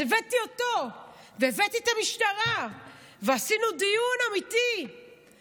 אז הבאתי אותו והבאתי את המשטרה ועשינו דיון אמיתי,